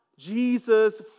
Jesus